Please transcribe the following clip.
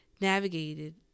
navigated